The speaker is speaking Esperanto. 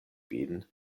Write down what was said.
min